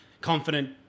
confident